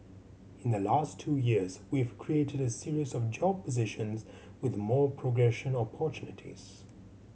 in the last two years we've created a series of job positions with more progression opportunities